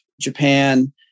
Japan